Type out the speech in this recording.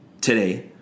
today